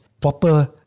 Proper